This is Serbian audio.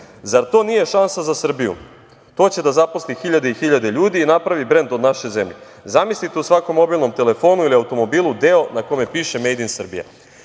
Zar to nije šansa za Srbiju? To će da zaposli hiljade i hiljade ljudi i napravi brend od naše zemlje. Zamislite u svakom mobilnom telefonu ili automobilu deo na kome piše „made in